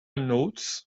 notes